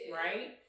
right